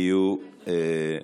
תהיו,